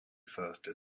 faster